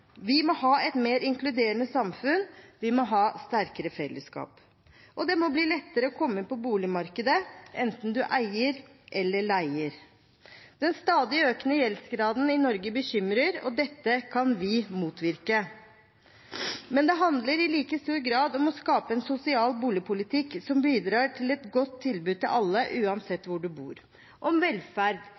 Vi må ha et mer inkluderende samfunn, vi må ha sterkere fellesskap, og det må bli lettere å komme inn på boligmarkedet, enten man eier eller leier. Den stadig økende gjeldsgraden i Norge bekymrer, og dette kan vi motvirke. Men det handler i like stor grad om å skape en sosial boligpolitikk som bidrar til et godt tilbud til alle, uansett hvor man bor, om velferd,